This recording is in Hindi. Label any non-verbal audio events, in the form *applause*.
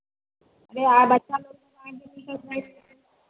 अरे आब अच्छा लोग भी आएंगे टीचर्स *unintelligible*